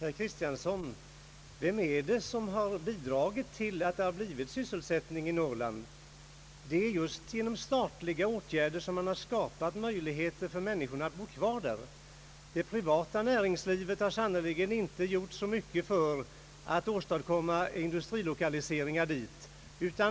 Herr talman! Vem är det, herr Kristiansson, som har bidragit till att skapa sysselsättning i Norrland? Det är just genom statliga åtgärder som man skapat möjligheter för människor att bo kvar där. Det privata näringslivet har sannerligen inte gjort så mycket för att åstadkomma industrilokaliseringar dit.